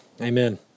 Amen